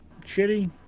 shitty